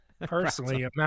personally